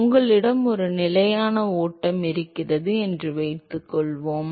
உங்களிடம் ஒரு நிலையான ஓட்டம் இருக்கிறது என்று வைத்துக்கொள்வோம்